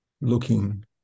looking